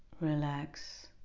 relax